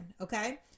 Okay